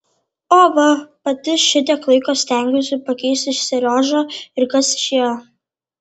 o va pati šitiek laiko stengiausi pakeisti seriožą ir kas išėjo